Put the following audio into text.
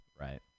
right